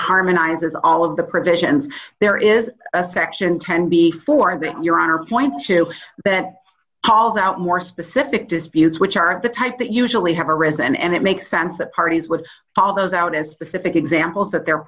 harmonizes all of the provisions there is a section ten before that you're on or point to that calls out more specific disputes which are the type that usually have arisen and it makes sense that parties with all those out and specific examples that they're